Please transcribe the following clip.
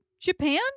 Japan